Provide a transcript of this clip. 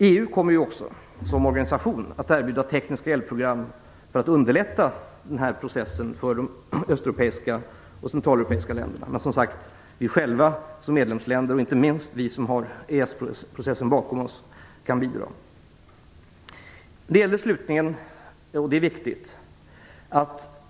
EU som organisation kommer också att erbjuda tekniska hjälpprogram för att underlätta den här processen för de östeuropeiska och centraleuropeiska länderna. Men som sagt, vi själva som medlemsländer kan bidra, inte minst vi som har EES-processen bakom oss.